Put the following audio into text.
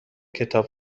کتاب